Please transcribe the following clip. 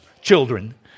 Children